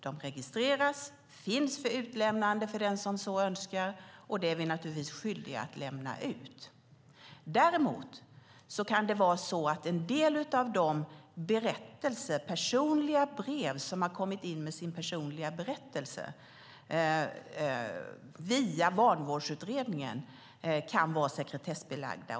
De registreras och finns för utlämnande för den som så önskar, och vi är naturligtvis skyldiga att lämna ut dem. Däremot kan en del av de personliga brev med berättelser som har kommit in via Vanvårdsutredningen vara sekretessbelagda.